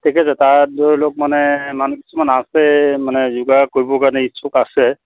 ঠিক আছে তাত ধৰি লওক মানে মানুহ কিছুমান আছে মানে যোগা কৰিবৰ কাৰণে ইচ্ছুক আছে